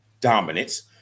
dominance